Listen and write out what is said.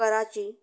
Karachi